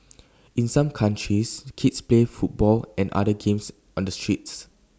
in some countries kids play football and other games on the streets